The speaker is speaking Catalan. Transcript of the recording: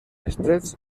estrets